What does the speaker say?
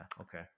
okay